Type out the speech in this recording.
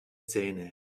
zähne